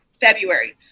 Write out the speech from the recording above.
February